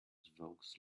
evokes